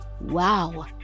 wow